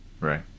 Right